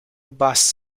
bus